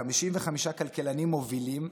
55 כלכלנים מובילים,